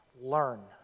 learn